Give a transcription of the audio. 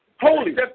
Holy